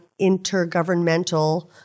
Intergovernmental